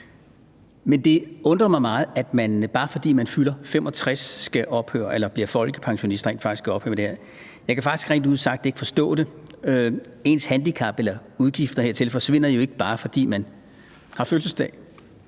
Men det undrer mig meget, at man, bare fordi man fylder 65 år eller bliver folkepensionist, rent faktisk skal ophøre med det her. Jeg kan faktisk rent ud sagt ikke forstå det. Ens handicap eller udgifter hertil forsvinder jo ikke, bare fordi man har fødselsdag,